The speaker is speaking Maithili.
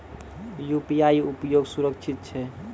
यु.पी.आई उपयोग सुरक्षित छै?